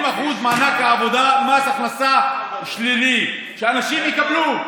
ב-20%, מענק עבודה, מס הכנסה שלילי, שאנשים יקבלו.